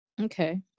okay